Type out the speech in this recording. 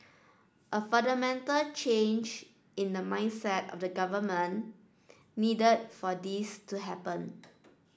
a fundamental change in the mindset of the government needed for this to happen